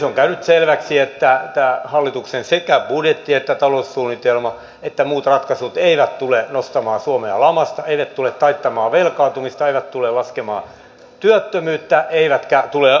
on käynyt selväksi että sekä tämä hallituksen budjetti ja taloussuunnitelma että muut ratkaisut eivät tule nostamaan suomea lamasta eivät tule taittamaan velkaantumista eivät tule laskemaan työttömyyttä eivätkä tule tuomaan talouskasvua